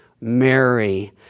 Mary